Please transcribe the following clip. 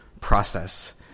process